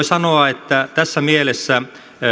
sanoa että tässä mielessä